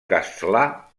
castlà